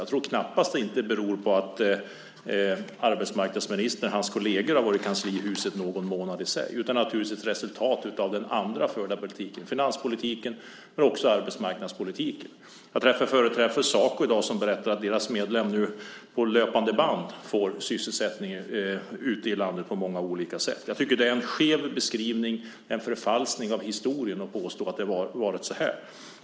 Jag tror knappast att det beror på att arbetsmarknadsministern och hans kolleger funnits någon månad i kanslihuset, utan det är naturligtvis ett resultat av den tidigare förda politiken - finanspolitiken, men också arbetsmarknadspolitiken. Jag träffade i dag företrädare för Saco som berättade att deras medlemmar nu får sysselsättning på löpande band ute i landet och på många olika sätt. Det är en skev beskrivning, en förfalskning av historien, att påstå att det varit så här.